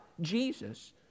Jesus